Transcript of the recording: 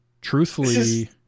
truthfully